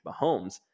Mahomes